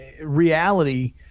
reality